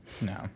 No